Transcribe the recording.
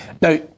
Now